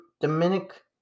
Dominic